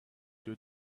your